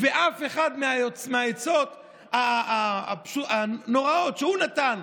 ואף אחת מהעצות הנוראיות שהוא נתן,